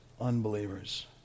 unbelievers